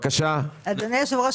אדוני היושב-ראש,